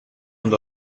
und